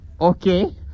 Okay